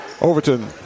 Overton